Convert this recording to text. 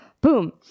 Boom